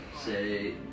say